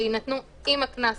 שיינתנו עם הקנס.